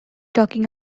talking